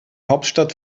hauptstadt